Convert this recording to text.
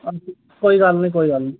कोई गल्ल निं कोई गल्ल निं